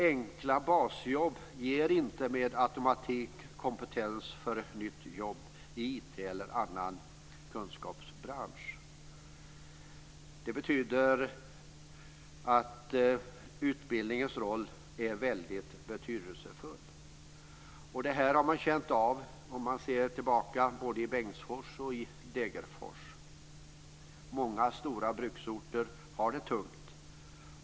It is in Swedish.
Enkla basjobb ger inte med automatik kompetens för ett nytt jobb i IT-branschen eller annan kunskapsbransch. Det betyder att utbildningens roll är väldigt betydelsefull. Det här har man känt av både i Bengtsfors och i Degerfors. Många stora bruksorter har det tungt.